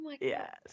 Yes